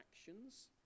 actions